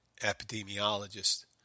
epidemiologist